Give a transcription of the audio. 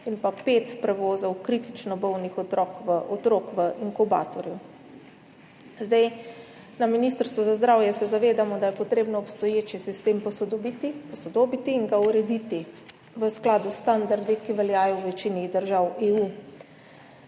in pet prevozov kritično bolnih otrok v inkubatorju. Na Ministrstvu za zdravje se zavedamo, da je potrebno obstoječi sistem posodobiti in ga urediti v skladu s standardi, ki veljajo v večini držav EU,